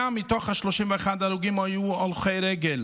100 מתוך 361 ההרוגים היו הולכי רגל,